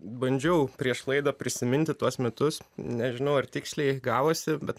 bandžiau prieš laidą prisiminti tuos metus nežinau ar tiksliai gavosi bet